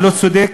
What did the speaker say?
הלא-צודק,